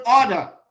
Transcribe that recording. order